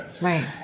right